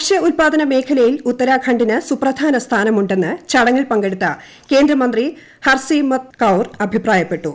ഭക്ഷ്യ ഉത്പാദന മേഖലയിൽ ഉത്തരാഖണ്ഡിന് സുപ്രധാന സ്ഥാനമുണ്ടെന്ന് ചടങ്ങിൽ പങ്കെടുത്ത കേന്ദ്രമന്ത്രി ഹർസിമ്രത് കൌർ അഭിപ്രായപ്പെട്ടു